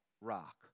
rock